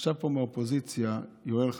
ישב פה מהאופוזיציה יואל חסון,